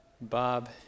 Bob